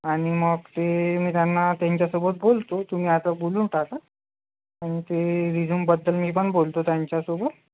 आणि मग ते मी त्यांना त्यांच्यासोबत बोलतो तुम्ही आता बोलून टाका आणि ते रिजूमबद्दल मी पण बोलतो त्यांच्यासोबत